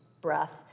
breath